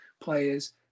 players